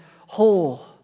whole